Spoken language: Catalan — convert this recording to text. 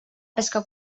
pesca